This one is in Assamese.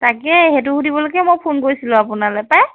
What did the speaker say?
তাকে সেইটো সুধিবলৈকে মই ফোন কৰিছিলোঁ আপোনালৈ পায়